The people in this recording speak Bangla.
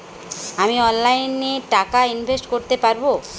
আমি অনলাইনে টাকা ইনভেস্ট করতে পারবো?